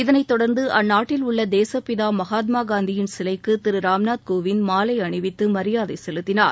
இதனை தொடர்ந்து அந்நாட்டில் உள்ள தேசப்பிதா மனத்மானந்தியின் சிலைக்கு திரு ராம்நாத் கோவிந்த் மாலை அணிவித்து மரியாதை செலுத்தினார்